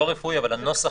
לא רפואי, אבל הנוסח